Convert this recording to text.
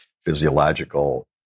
physiological